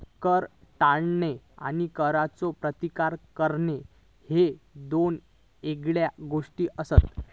कर टाळणा आणि करचो प्रतिकार करणा ह्ये दोन येगळे गोष्टी आसत